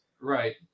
right